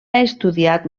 estudiat